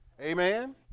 amen